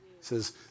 says